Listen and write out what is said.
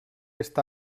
està